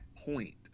point